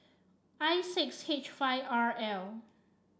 I six H five R L